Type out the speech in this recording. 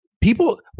people